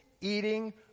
eating